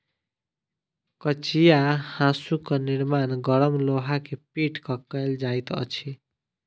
कचिया हाँसूक निर्माण गरम लोहा के पीट क कयल जाइत अछि